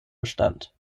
bestand